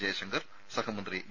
ജയശങ്കർ സഹമന്ത്രി വി